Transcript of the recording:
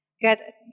get